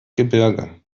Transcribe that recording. gebirge